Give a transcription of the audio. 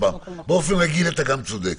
באופן רגיל אתה גם צודק,